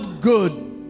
good